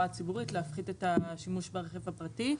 הציבורית ולהוריד את השימוש ברכב הפרטי.